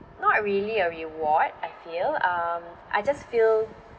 not really a reward I feel um I just feel